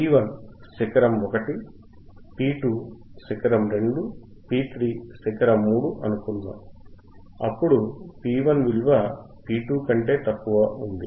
P1 శిఖరం 1 P2 శిఖరం 2 P3 శిఖరం 3 అనుకుందాం అప్పుడు P1 విలువ P2 కంటే తక్కువ ఉంది